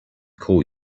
call